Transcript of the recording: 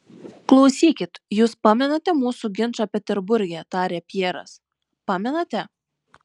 klausykit jus pamenate mūsų ginčą peterburge tarė pjeras pamenate